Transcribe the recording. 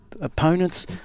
opponents